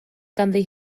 ganddi